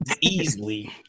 easily